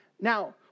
Now